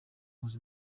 was